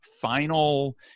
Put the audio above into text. final